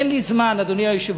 אין לי זמן, אדוני היושב-ראש,